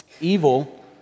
Evil